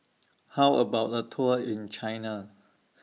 How about A Tour in China